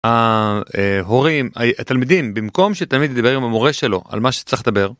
ההורים, התלמידים, במקום שתלמיד ידבר עם המורה שלו על מה שצריך לדבר.